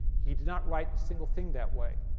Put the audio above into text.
he did not write a single thing that way.